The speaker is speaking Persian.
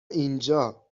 اینجا